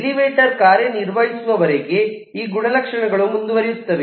elevator ಕಾರ್ಯನಿರ್ವಹಿಸುವವರೆಗೆ ಈ ಗುಣಲಕ್ಷಣಗಳು ಮುಂದುವರೆಯುತ್ತವೆ